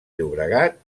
llobregat